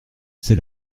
c’est